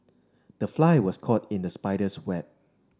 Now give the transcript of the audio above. the fly was caught in the spider's web